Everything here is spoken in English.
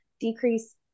decrease